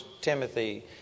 Timothy